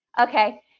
Okay